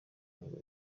ngo